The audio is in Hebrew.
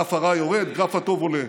גרף הרע יורד, גרף הטוב עולה.